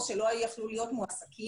או שלא יכלו להיות מועסקים,